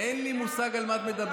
אין לי מושג על מה את מדברת,